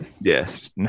Yes